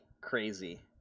crazy